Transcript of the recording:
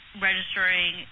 registering